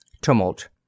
TUMULT